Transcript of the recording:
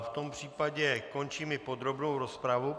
V tom případě končím i podrobnou rozpravu.